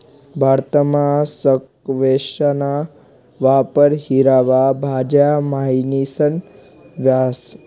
भारतमा स्क्वैशना वापर हिरवा भाज्या म्हणीसन व्हस